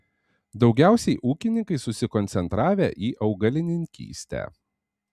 daugiausiai ūkininkai susikoncentravę į augalininkystę